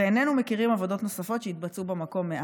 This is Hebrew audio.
ואיננו מכירים עבודות נוספות שהתבצעו במקום מאז.